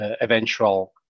eventual